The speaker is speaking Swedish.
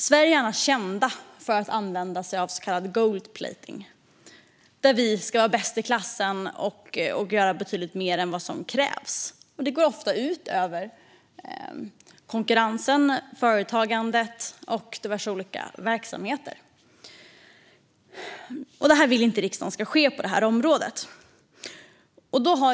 Sverige är annars känt för att använda sig av så kallad gold-plating - vi ska vara bäst i klassen och göra betydligt mer än vad som krävs. Det går ofta ut över konkurrensen, företagandet och diverse olika verksamheter. Det vill riksdagen inte ska ske på det här området.